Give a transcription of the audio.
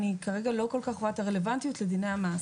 אני כרגע לא כל כך רואה את הרלוונטיות לדיני המס.